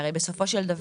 עכשיו הוא עובד,